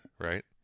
right